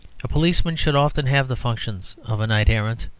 a policeman should often have the functions of a knight-errant.